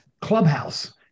Clubhouse